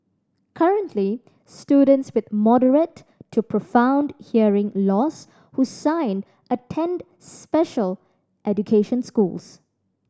currently students with moderate to profound hearing loss who sign attend special education schools